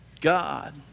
God